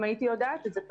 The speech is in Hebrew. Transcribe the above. אם הייתי יודעת זאת,